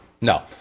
no